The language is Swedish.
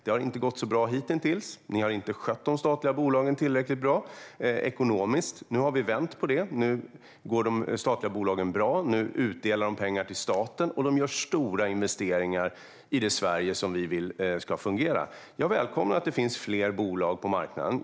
Det har inte gått så bra hittills; ni har inte skött de statliga bolagen tillräcklig bra ekonomiskt. Vi har vänt på det, och nu går de statliga bolagen bra. De ger utdelning till staten och gör stora investeringar i det Sverige som vi vill ska fungera. Jag välkomnar att det finns fler bolag på marknaden.